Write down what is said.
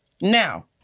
Now